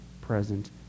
present